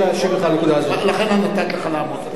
נכתבו בכנסת, אלא, זה אני אמרתי כרגע.